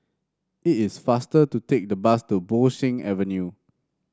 it is faster to take the bus to Bo Seng Avenue